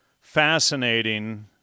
fascinating